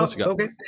Okay